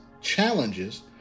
challenges